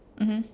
mmhmm